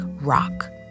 rock